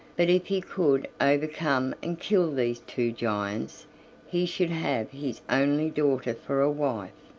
but if he could overcome and kill these two giants he should have his only daughter for a wife,